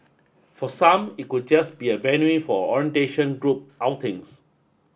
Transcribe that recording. for some it could just be a venue for orientation group outings